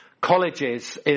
colleges